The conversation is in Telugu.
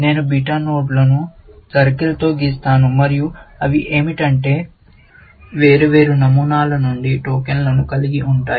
నేను బీటా నోట్లను సర్కిల్తో గీస్తాను మరియు అవి ఏమిటంటే వేర్వేరు నమూనాల నుండి టోకెన్లను కలిగి ఉంటాయి